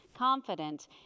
Confident